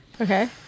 Okay